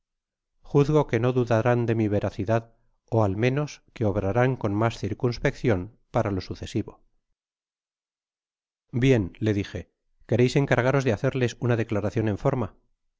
juzgo que no dudarán de mi veracidad ó á lo menos que obrarán con mas circunspeccion para lo sucesivo bien le dije quereis encargaros de hacerles una declamacion en forma